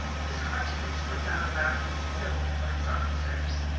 whose haughtiness would not allow him to yield before his officers.